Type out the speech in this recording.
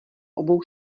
obou